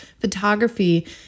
photography